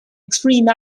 extreme